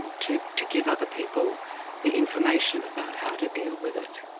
and to to give other people the information about how to deal with it.